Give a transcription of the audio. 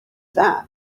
that